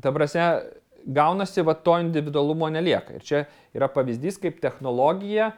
ta prasme gaunasi va to individualumo nelieka ir čia yra pavyzdys kaip technologija